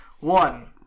One